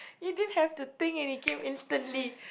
you didn't have to think and it came instantly